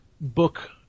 book